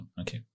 Okay